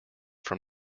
from